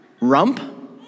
Rump